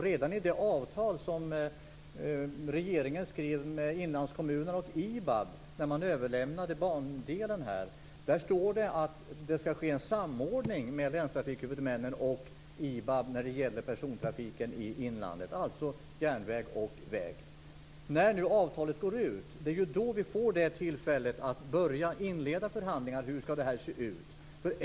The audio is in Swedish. Redan i det avtal som regeringen skrev med inlandskommunerna och IBAB när man överlämnade bandelen står det att det skall ske en samordning mellan länstrafikhuvudmännen och IBAB när det gäller persontrafiken i inlandet. Det gäller alltså järnväg och väg. När avtalet går ut får vi tillfälle att inleda förhandlingar om hur det skall se ut.